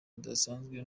budasanzwe